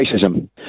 racism